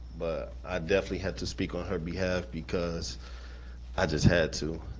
i definitely had to speak on her behalf because i just had to.